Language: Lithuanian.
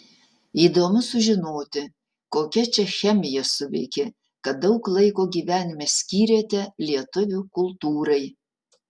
įdomu sužinoti kokia čia chemija suveikė kad daug laiko gyvenime skyrėte lietuvių kultūrai